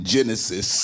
Genesis